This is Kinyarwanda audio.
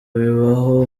bibaho